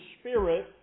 spirit